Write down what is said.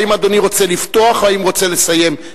האם אדוני רוצה לפתוח או רוצה לסיים,